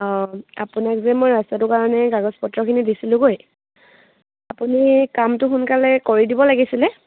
অঁ আপোনাক যে মই ৰাস্তাটোৰ কাৰণে কাগজ পত্ৰখিনি দিছিলোঁগৈ আপুনি কামটো সোনকালে কৰি দিব লাগিছিলে